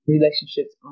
Relationships